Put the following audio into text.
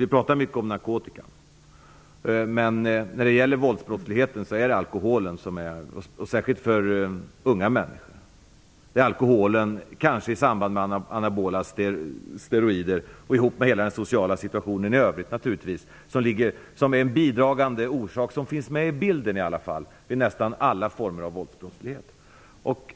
Vi talar mycket om narkotika, men när det gäller våldsbrottsligheten är det alkoholen - särskilt för unga män, och kanske i förening med anabola steroider - som naturligtvis tillsammans med hela den sociala situationen i övrigt är en viktig bidragande orsak. Den finns åtminstone med i bilden när det gäller nästan alla former av våldsbrottslighet.